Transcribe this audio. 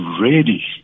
ready